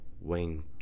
Wayne